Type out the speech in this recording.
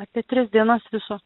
apie tris dienas viso